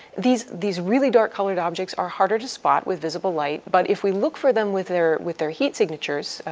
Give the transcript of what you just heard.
these these really dark colored objects are harder to spot with visible light, but if we look for them with their with their heat signatures,